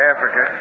Africa